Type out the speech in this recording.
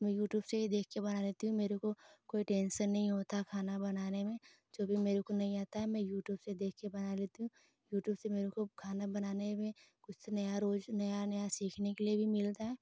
तो मैं यूट्यूब से देख कर बना लेती हूँ मेरे को कोई टेंसन नहीं होता खाना बनाने में जो भी मेरे को नहीं आता है मै यूट्यूब से देख कर बना लेती हूँ यूट्यूब से मेरे को खाना बनाने में कुछ नया रोज नया नया सीखने को भी मिलता है